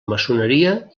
maçoneria